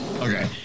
Okay